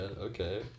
okay